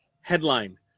Headline